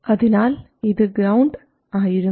അതിനാൽ ഇത് ഗ്രൌണ്ട് ആയിരുന്നു